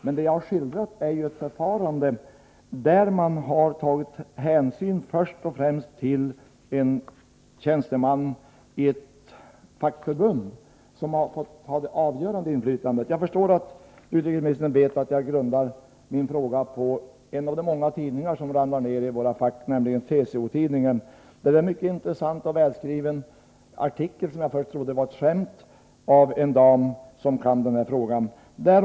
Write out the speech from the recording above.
Men jag har skildrat ett förfarande, där man först och främst tagit hänsyn till en tjänsteman i ett fackförbund som har fått ha det avgörande inflytandet. Utrikesministern vet att jag grundar min fråga på en av de många tidningar som ramlar ner i våra fack, nämligen TCO-Tidningen. Där är det en mycket intressant och välskriven artikel, som jag först trodde var ett skämt, av en dam på naturvårdsverket.